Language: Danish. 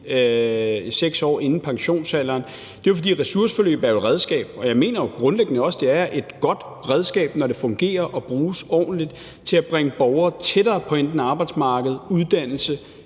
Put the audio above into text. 6 år inden pensionsalderen, er, at ressourceforløb jo er et redskab, og jeg mener grundlæggende også, det er et godt redskab, når det fungerer og bruges ordentligt, til at bringe borgere tættere på enten arbejdsmarkedet, uddannelse